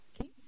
okay